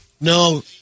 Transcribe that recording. No